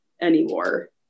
anymore